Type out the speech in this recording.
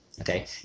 Okay